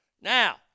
Now